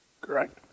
Correct